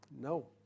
No